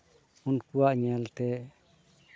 ᱩᱱᱠᱩᱣᱟᱜ ᱧᱮᱞ ᱛᱮ